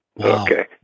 Okay